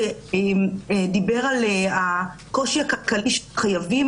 שדיבר על הקושי הכלכלי של חייבים.